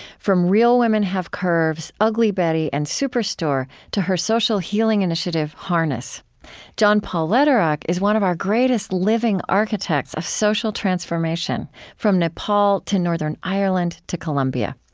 from real women have curves, ugly betty, and superstore to her social healing initiative, harness. and john paul lederach is one of our greatest living architects of social transformation from nepal to northern ireland to colombia.